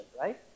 right